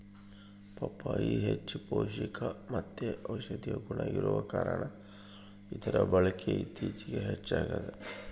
ಪಪ್ಪಾಯಿ ಹೆಚ್ಚು ಪೌಷ್ಟಿಕಮತ್ತೆ ಔಷದಿಯ ಗುಣ ಇರುವ ಕಾರಣ ಇದರ ಬಳಕೆ ಇತ್ತೀಚಿಗೆ ಹೆಚ್ಚಾಗ್ತದ